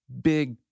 Big